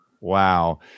Wow